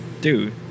dude